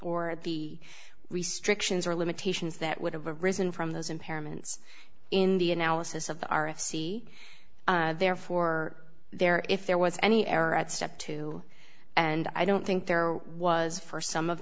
or the restrictions or limitations that would have arisen from those impairments in the analysis of the r f c therefore there if there was any error at step two and i don't think there was st some of